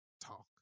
talk